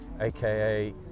aka